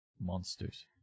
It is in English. monsters